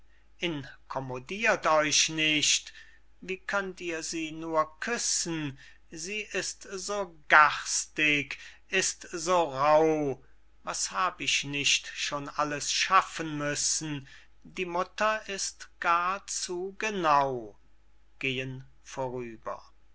incommodirt euch nicht wie könnt ihr sie nur küssen sie ist so garstig ist so rauh was hab ich nicht schon alles schaffen müssen die mutter ist gar zu genau